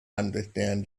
understand